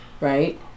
right